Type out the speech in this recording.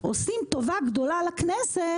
עושים טובה גדולה לכנסת,